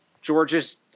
Georgia's